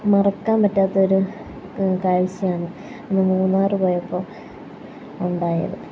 മറക്കാൻ പറ്റാത്തൊരു കാഴ്ചയാണ് അന്ന് മൂന്നാർ പോയപ്പോൾ ഉണ്ടായത്